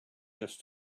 just